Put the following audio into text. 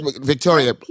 Victoria